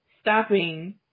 stopping